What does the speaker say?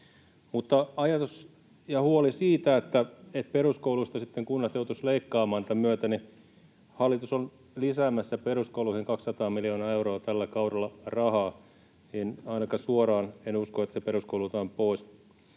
ajatus ja huoli siitä, että peruskouluista sitten kunnat joutuisivat leikkaamaan tämän myötä: Hallitus on lisäämässä peruskouluihin 200 miljoonaa euroa tällä kaudella rahaa. Ainakaan suoraan en usko, että se peruskouluilta on pois.